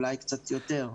אולי קצת יותר.